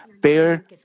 bear